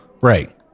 Right